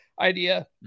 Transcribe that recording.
idea